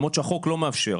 למרות שהחוק לא מאפשר,